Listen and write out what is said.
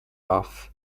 off